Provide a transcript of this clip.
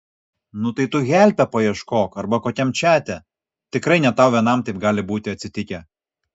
nu tai tu helpe paieškok arba kokiam čate tikrai ne tau vienam taip gali būti atsitikę